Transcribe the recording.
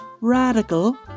Radical